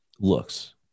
looks